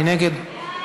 מי נגד?